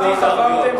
הסיעות הערביות.